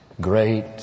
great